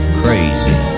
crazy